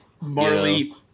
Marley